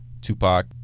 Tupac